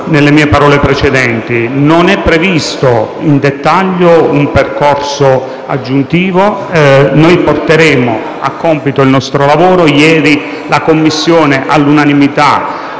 dell'arte in questo momento. Non è previsto in dettaglio un percorso aggiuntivo. Noi porteremo a compimento il nostro lavoro. Ieri la Commissione, all'unanimità,